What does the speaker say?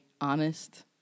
honest